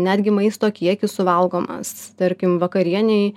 netgi maisto kiekis suvalgomas tarkim vakarienei